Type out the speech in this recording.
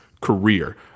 career